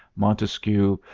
montesquieu,